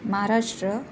Maharashtra